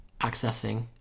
accessing